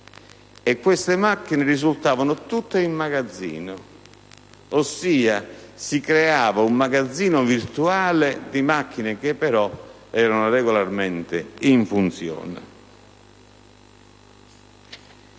Queste macchine risultavano tutte in un magazzino, ossia si creava un magazzino virtuale di macchine che però erano regolarmente in funzione.